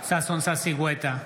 ששון ששי גואטה,